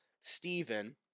Stephen